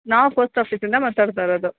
ನಾವು ಪೋಸ್ಟ್ ಆಫೀಸಿಂದ ಮಾತಾಡ್ತಾ ಇರೋದು